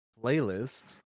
playlist